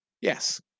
yes